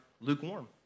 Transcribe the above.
lukewarm